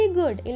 good